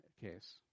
case